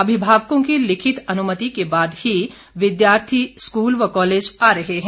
अभिभावकों की लिखित अनुमति के बाद ही विद्यार्थी स्कूल व कॉलेज आ रहे हैं